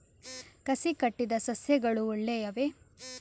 ಕಸಿ ಕಟ್ಟಿದ ಸಸ್ಯಗಳು ಒಳ್ಳೆಯವೇ?